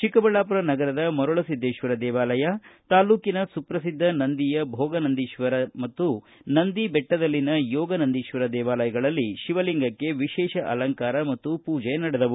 ಚಿಕ್ಕಬಳ್ಳಾಪುರ ನಗರದ ಮರಳುಸಿದ್ದೇಶ್ವರ ದೇವಾಲಯ ತಾಲೂಕಿನ ಸುಪ್ರಸಿದ್ದ ನಂದಿಯ ಭೋಗನಂದೀಶ್ವರ ಮತ್ತು ನಂದಿದೆಟ್ಟದಲ್ಲಿನ ಯೋಗ ನಂದೀಶ್ವರ ದೇವಾಲಯದಲ್ಲಿ ಶಿವಲಿಂಗಕ್ಕೆ ವಿಶೇಷ ಅಲಂಕಾರ ಮತ್ತು ವಿಶೇಷ ಪೂಜೆಗಳು ನಡೆದವು